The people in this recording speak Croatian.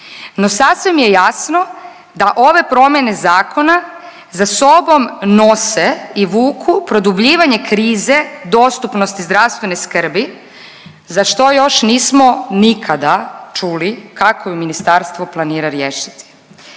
No sasvim je jasno da ove promjene zakona za sobom nose i vuku produbljivanje krize dostupnosti zdravstvene skrbi za što još nismo nikada čuli kako ju ministarstvo planira riješiti.